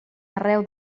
arreu